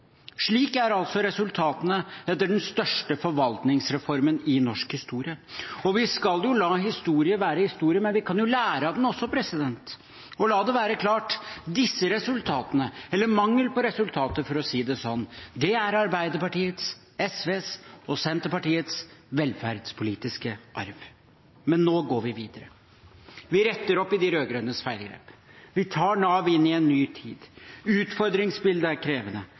Slik er resultatene etter den største forvaltningsreformen i norsk historie. Vi skal la historie være historie, men vi kan jo lære av den også. La det være klart: Disse resultatene – eller mangel på resultater, for å si det sånn – er Arbeiderpartiets, SVs og Senterpartiets velferdspolitiske arv. Men nå går vi videre. Vi retter opp i de rød-grønnes feilgrep. Vi tar Nav inn i en ny tid. Utfordringsbildet er krevende.